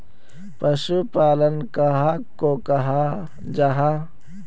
पशुपालन कहाक को जाहा?